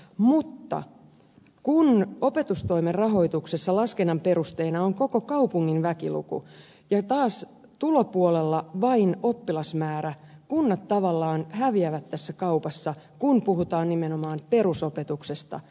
mutta kun opetustoimen rahoituksessa laskennan perusteena on koko kaupungin väkiluku ja taas tulopuolella vain oppilasmäärä kunnat tavallaan häviävät tässä kaupassa kun puhutaan nimenomaan perusopetuksesta